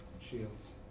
shields